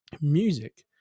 music